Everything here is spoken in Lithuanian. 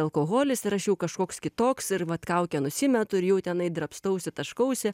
alkoholis ir aš jau kažkoks kitoks ir vat kaukę nusimetu ir jau tenai drabstausi taškausi